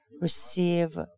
receive